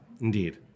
Indeed